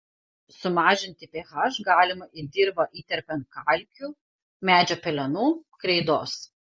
sumažinti ph galima į dirvą įterpiant kalkių medžio pelenų kreidos